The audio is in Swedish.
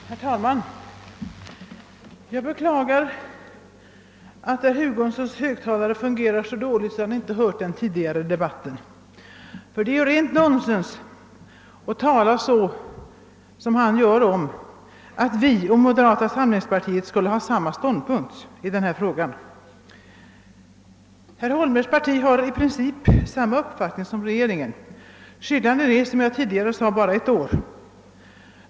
Herr talman! Jag beklagar att herr Hugossons högtalare tydligen fungerar så dåligt, att han inte hört den tidigare debatten. Det är rent nonsens att säga, att vi och moderata samlingspartiet skulle inta samma ståndpunkt i denna fråga. Herr Holmbergs parti har i princip samma uppfattning som regeringen. Skillnaden är, som jag tidigare sagt, bara ett år.